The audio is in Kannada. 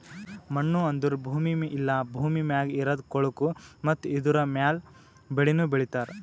ಮಣ್ಣು ಅಂದುರ್ ಭೂಮಿ ಇಲ್ಲಾ ಭೂಮಿ ಮ್ಯಾಗ್ ಇರದ್ ಕೊಳಕು ಮತ್ತ ಇದುರ ಮ್ಯಾಲ್ ಬೆಳಿನು ಬೆಳಿತಾರ್